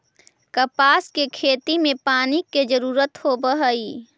कपास के खेती में पानी के जरूरत होवऽ हई